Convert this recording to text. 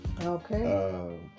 Okay